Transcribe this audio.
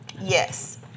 Yes